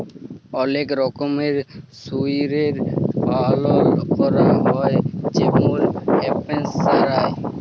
অলেক রকমের শুয়রের পালল ক্যরা হ্যয় যেমল হ্যাম্পশায়ার